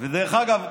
דרך אגב,